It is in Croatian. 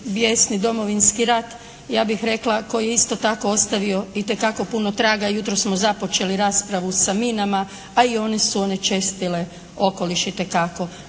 bijesni Domovinski rat ja bih rekla koji je isto tako ostavio itekako puno traga. Jutros smo započeli raspravu sa minama, a i oni su onečistile okoliš itekako.